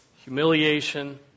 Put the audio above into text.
humiliation